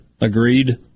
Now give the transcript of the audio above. Agreed